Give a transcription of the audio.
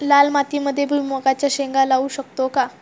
लाल मातीमध्ये भुईमुगाच्या शेंगा लावू शकतो का?